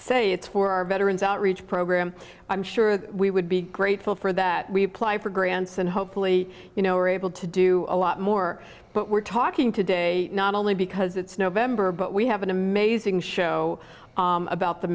say it's for our veterans outreach program i'm sure we would be grateful for that we apply for grants and hopefully you know we're able to do a lot more but we're talking today not only because it's november but we have an amazing show about the